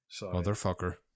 Motherfucker